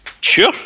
Sure